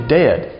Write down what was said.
dead